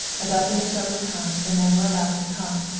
a dozen or so at a time, the men were allowed to come.